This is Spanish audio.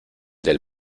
del